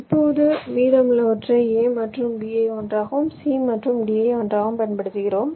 இப்போது மீதமுள்ளவற்றை a மற்றும் b ஐ ஒன்றாகவும் c மற்றும் d ஐ ஒன்றாகவும் பயன்படுத்துகிறோம்